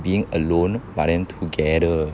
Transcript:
being alone but then together